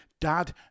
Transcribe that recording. dad